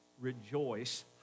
Rejoice